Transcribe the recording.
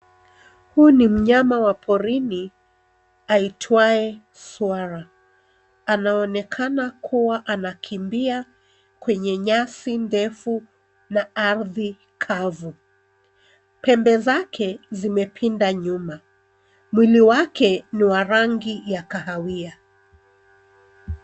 Huyu ni mnyama wa porini aitwae swara. Anaonekana kuwa anakimbia kwenye nyasi ndefu na ardhi kavu, pembe zake zimepinda nyuma. Mwili wake ni wa rangi ya kahawia.